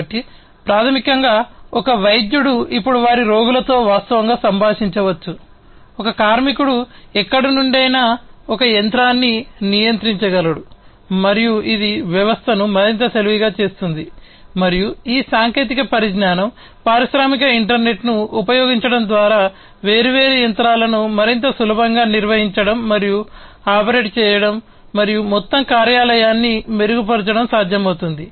కాబట్టి ప్రాథమికంగా ఒక వైద్యుడు నియంత్రించగలడు మరియు ఇది వ్యవస్థను మరింత తెలివిగా చేస్తుంది మరియు ఈ సాంకేతిక పరిజ్ఞానం పారిశ్రామిక ఇంటర్నెట్ను ఉపయోగించడం ద్వారా వేర్వేరు యంత్రాలను మరింత సులభంగా నిర్వహించడం మరియు ఆపరేట్ చేయడం మరియు మొత్తం కార్యాలయాన్ని మెరుగుపరచడం సాధ్యమవుతుంది